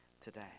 today